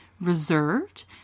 reserved